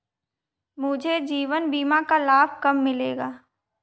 मुझे जीवन बीमा का लाभ कब मिलेगा?